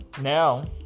Now